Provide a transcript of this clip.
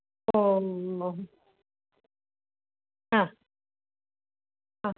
ആ ആ